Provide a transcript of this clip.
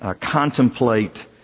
contemplate